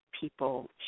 people